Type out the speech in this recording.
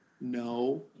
No